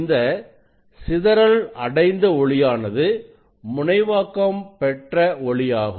இந்த சிதறல் அடைந்த ஒளியானது முனைவாக்கம் பெற்ற ஒளியாகும்